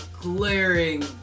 glaring